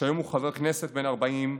שהיום הוא חבר כנסת בן 40,